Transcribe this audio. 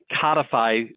codify